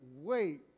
wait